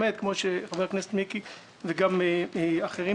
כפי שאמרו פה חברי הכנסת מיקי לוי ומיקי חיימוביץ',